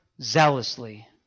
zealously